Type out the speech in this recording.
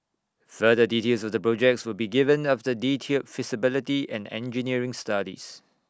further details of the projects will be given after detailed feasibility and engineering studies